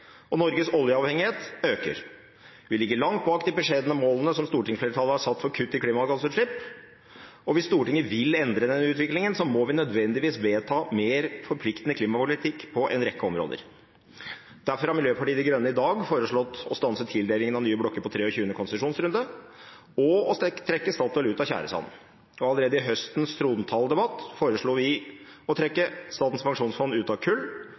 og Norges oljeavhengighet øker. Vi ligger langt bak de beskjedne målene som stortingsflertallet har satt for kutt i klimagassutslipp, og hvis Stortinget vil endre denne utviklingen, må vi nødvendigvis vedta mer forpliktende klimapolitikk på en rekke områder. Derfor har Miljøpartiet De Grønne i dag foreslått å stanse tildelingen av nye blokker på 23. konsesjonsrunde, og å trekke Statoil ut av tjæresand. Allerede under høstens trontaledebatt foreslo vi å trekke Statens pensjonsfond utland ut av kull